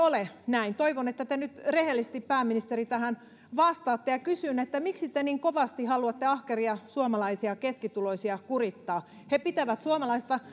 ole näin toivon että te nyt rehellisesti pääministeri tähän vastaatte ja kysyn miksi te niin kovasti haluatte ahkeria suomalaisia keskituloisia kurittaa he pitävät suomalaista